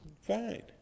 fine